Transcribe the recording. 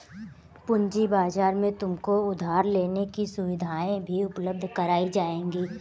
पूँजी बाजार में तुमको उधार लेने की सुविधाएं भी उपलब्ध कराई जाएंगी